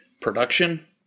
production –